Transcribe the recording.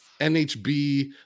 nhb